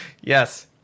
Yes